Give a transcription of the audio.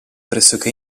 pressoché